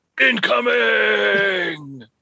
incoming